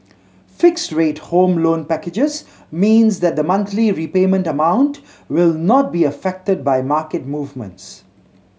fixed rate Home Loan packages means that the monthly repayment amount will not be affected by market movements